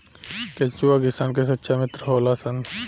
केचुआ किसान के सच्चा मित्र होलऽ सन